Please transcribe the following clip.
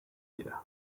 dira